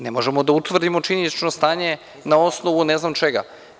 Ne možemo da utvrdimo činjenično stanje na osnovu ne znam čega.